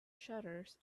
shutters